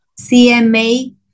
CMA